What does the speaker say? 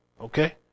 Okay